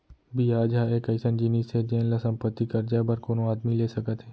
बियाज ह एक अइसन जिनिस हे जेन ल संपत्ति, करजा बर कोनो आदमी ले सकत हें